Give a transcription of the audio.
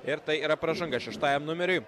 ir tai yra pražanga šeštajam numeriui